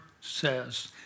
says